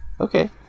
Okay